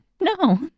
No